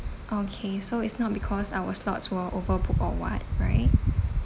okay so it's not because our slots were overbooked or what right